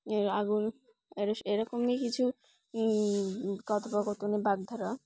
এর আগুন এর এরকমই কিছু কথোপকথনে বাগধারা